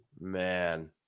Man